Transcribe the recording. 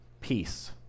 peace